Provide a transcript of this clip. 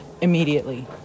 immediately